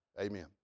amen